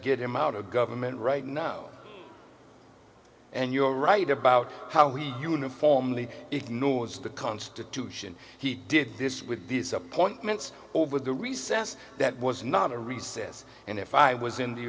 get him out of government right now and you're right about how he uniformly ignores the constitution he did this with these appointments over the recess that was not a recess and if i was in the